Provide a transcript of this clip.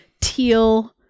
teal